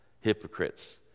hypocrites